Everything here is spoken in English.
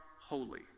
holy